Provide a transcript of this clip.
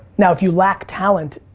now if you lack talent,